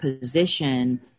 position